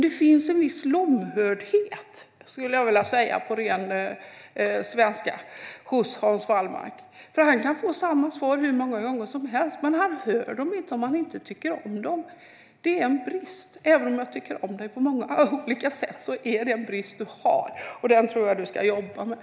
Det finns en viss lomhördhet, skulle jag vilja säga på ren svenska, hos Hans Wallmark. Han kan få samma svar hur många gånger som helst, men han hör dem inte om han inte tycker om dem. Det är en brist. Även om jag tycker om dig på olika sätt är det en brist du har, Hans Wallmark. Den tror jag att du ska jobba med.